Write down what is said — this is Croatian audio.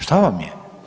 Šta vam je?